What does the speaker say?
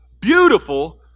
beautiful